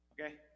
Okay